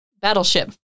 battleship